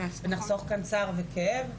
נחסוך כאן צער וכאב.